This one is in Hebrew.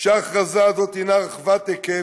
שההכרזה הזאת היא רחבת היקף,